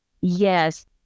Yes